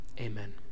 Amen